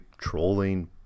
trolling